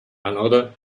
another